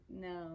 No